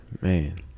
man